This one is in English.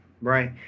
Right